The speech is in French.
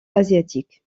asiatique